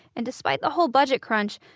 and despite the whole budget crunch,